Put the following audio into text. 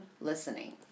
listening